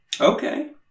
Okay